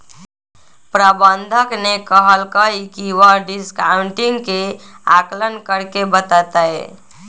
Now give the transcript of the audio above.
प्रबंधक ने कहल कई की वह डिस्काउंटिंग के आंकलन करके बतय तय